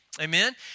Amen